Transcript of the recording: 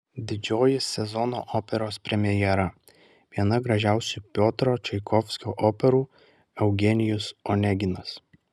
didžioji sezono operos premjera viena gražiausių piotro čaikovskio operų eugenijus oneginas